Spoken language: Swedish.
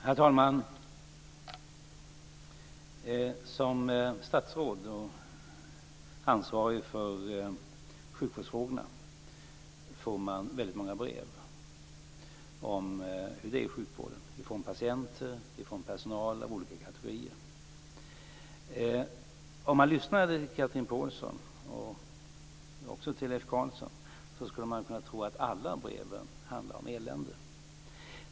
Herr talman! Som statsråd och ansvarig för sjukvårdsfrågorna får man väldigt många brev om hur det är i sjukvården från patienter och personal av olika kategorier. Om man lyssnar till Chatrine Pålsson och också till Leif Carlson skulle man kunna tro att alla dessa brev handlar om elände.